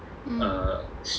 mm